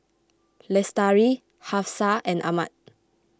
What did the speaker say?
Lestari Hafsa and Ahmad